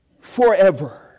forever